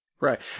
Right